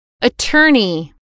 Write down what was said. Attorney